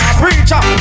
preacher